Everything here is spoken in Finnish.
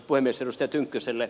edustaja tynkkyselle